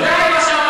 ולא בג"ץ.